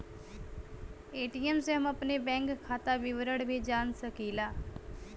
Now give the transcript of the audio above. ATM से हम अपने बैंक खाता विवरण भी जान सकीला